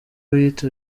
wiyita